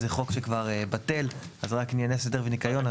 זה חוק שכבר בטל, זה רק ענייני סדר וניקיון.